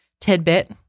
tidbit